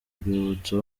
rwibutso